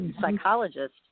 psychologist